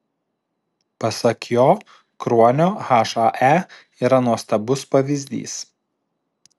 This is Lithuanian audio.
pasak jo kruonio hae yra nuostabus pavyzdys